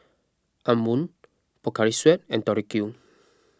Anmum Pocari Sweat and Tori Q